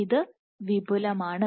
ഇത് വിപുലമാണ്